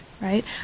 right